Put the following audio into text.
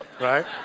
right